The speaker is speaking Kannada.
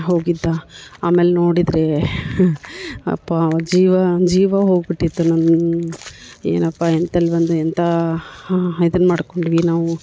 ಹೋಗಿದ್ದ ಆಮೇಲೆ ನೋಡಿದರೆ ಅಪ್ಪ ಜೀವ ಜೀವ ಹೋಗಿಟ್ಟಿತ್ತು ನಮ್ಮ ಏನಪ್ಪ ಎಂಥಲ್ಲಿ ಬಂದು ಎಂಥ ಇದನ್ನು ಮಾಡಿಕೊಂಡ್ವಿ ನಾವು